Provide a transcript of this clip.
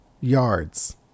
yards